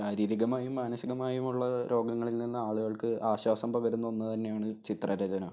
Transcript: ശാരീരികമായും മാനസികമായും ഉള്ള രോഗങ്ങളിൽ നിന്ന് ആളുകൾക്ക് ആശ്വാസം പകരുന്ന ഒന്നു തന്നെയാണ് ചിത്ര രചന